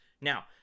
now